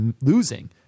losing